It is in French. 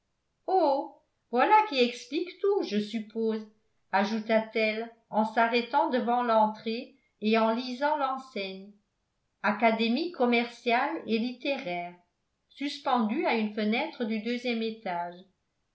oh voilà qui explique tout je suppose ajouta-t-elle en s'arrêtant devant l'entrée et en lisant l'enseigne académie commerciale et littéraire suspendue à une fenêtre du deuxième étage